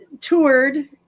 toured